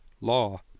Law